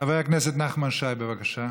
חבר הכנסת נחמן שי, בבקשה.